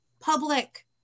public